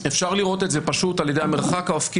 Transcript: אפשר לראות את זה על-ידי המרחק האופקי